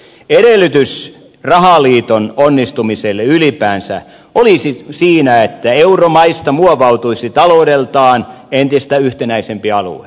edellytys rahaliiton onnistumiselle ylipäänsä olisi siinä että euromaista muovautuisi taloudeltaan entistä yhtenäisempi alue